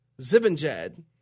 Zibinjad